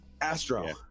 Astro